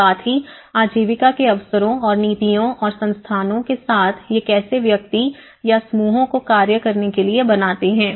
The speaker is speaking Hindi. साथ ही आजीविका के अवसरों और नीतियों और संस्थानों के साथ ये कैसे व्यक्ति या समूहों को कार्य करने के लिए बनाते हैं